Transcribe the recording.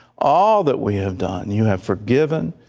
all that we have done. you have forgiven.